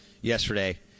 yesterday